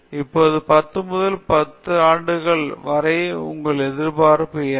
இப்போது 10 முதல் 10 ஆண்டுகள் வரை உங்கள் எதிர்பார்ப்பு என்ன